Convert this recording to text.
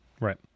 right